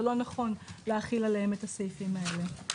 לא נכון להחיל עליהם את הסעיפים האלה.